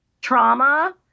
trauma